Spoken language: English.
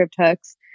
hooks